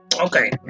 Okay